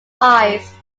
eyes